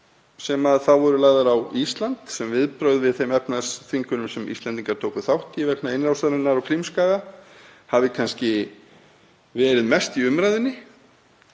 sem þá voru lagðar á Ísland sem viðbrögð við þeim efnahagsþvingunum sem Íslendingar tóku þátt í vegna innrásarinnar á Krímskaga hafi verið mest í umræðunni.